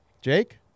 Jake